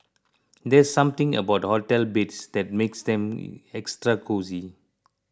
there's something about hotel beds that makes them extra cosy